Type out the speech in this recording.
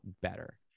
better